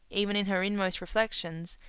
even in her inmost reflections,